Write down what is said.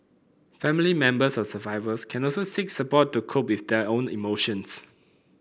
family members of survivors can also seek support to cope with their own emotions